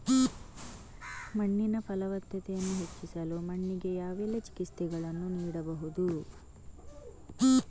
ಮಣ್ಣಿನ ಫಲವತ್ತತೆಯನ್ನು ಹೆಚ್ಚಿಸಲು ಮಣ್ಣಿಗೆ ಯಾವೆಲ್ಲಾ ಚಿಕಿತ್ಸೆಗಳನ್ನು ನೀಡಬಹುದು?